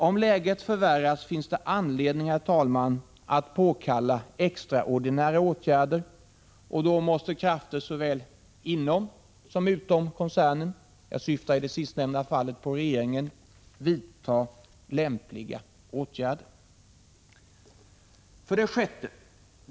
Om läget förvärras finns det anledning, herr talman, att påkalla extraordinära åtgärder, och då måste krafter såväl inom som utom koncernen — jag syftar i det sistnämnda fallet på regeringen — vidta lämpliga åtgärder. 6.